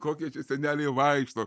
kokie tie seneliai vaikšto